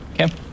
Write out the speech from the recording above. Okay